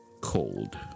cold